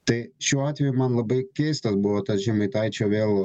tai šiuo atveju man labai keistas buvo tas žemaitaičio vėl